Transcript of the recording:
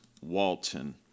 Walton